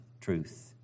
truth